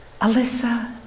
Alyssa